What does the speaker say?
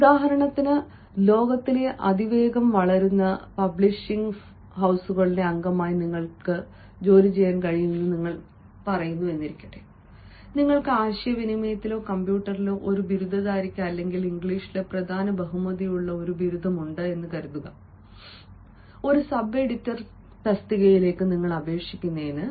ഉദാഹരണത്തിന് ലോകത്തിലെ അതിവേഗം വളരുന്ന പബ്ലിഷിംഗ് ഹസുകളിൽ അംഗമായി നിങ്ങൾക്ക് പറയാൻ കഴിയും നിങ്ങൾക്ക് ആശയവിനിമയത്തിലോ കമ്പ്യൂട്ടറിലോ ഒരു ബിരുദധാരിയ്ക്ക് അല്ലെങ്കിൽ ഇംഗ്ലീഷിലെ പ്രധാന ബഹുമതികളുള്ള ഒരു ബിരുദധാരിയുണ്ടെങ്കിൽ ഒരു സബ് എഡിറ്റർ തസ്തികയിലേക്ക് അപേക്ഷിക്കുന്നതിന്